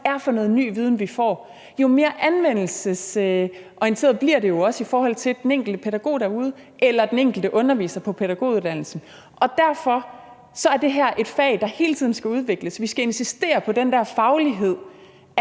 faktisk er for noget ny viden, vi får – jo mere anvendelsesorienteret bliver det jo også i forhold til den enkelte pædagog derude eller den enkelte underviser på pædagoguddannelsen. Derfor er det her et fag, der hele tiden skal udvikles. Vi skal insistere på den der faglighed: